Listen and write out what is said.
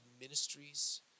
ministries